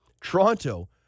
Toronto